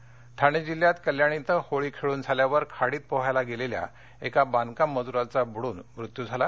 होळी दर्घटना ठाणे जिल्ह्यात कल्याण श्व होळी खेळून झाल्यावर खाडीत पोहायला गेलेल्या एका बांधकाम मजूराचा बुडुन मृत्यू झाला